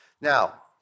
Now